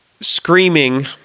screaming